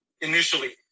initially